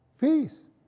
peace